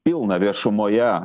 pilna viešumoje